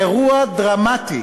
אירוע דרמטי